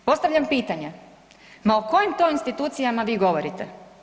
Postavljam pitanja, ma o kojim to institucijama vi govorite?